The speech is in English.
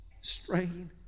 strain